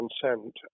consent